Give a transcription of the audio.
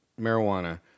marijuana